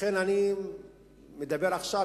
לכן אני מדבר עכשיו.